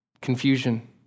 confusion